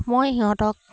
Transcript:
মই সিহঁতক